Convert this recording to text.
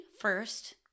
first